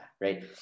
right